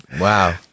Wow